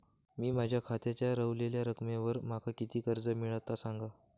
मी माझ्या खात्याच्या ऱ्हवलेल्या रकमेवर माका किती कर्ज मिळात ता सांगा?